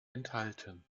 enthalten